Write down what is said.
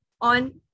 on